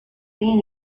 seen